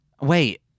Wait